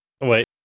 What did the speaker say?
Wait